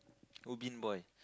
Ubin Boy